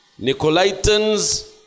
Nicolaitans